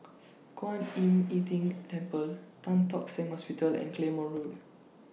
Kwan Im Tng Temple Tan Tock Seng Hosptial and Claymore Road